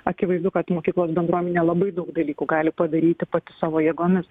akivaizdu kad mokyklos bendruomenė labai daug dalykų gali padaryti pati savo jėgomis